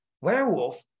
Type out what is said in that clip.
werewolf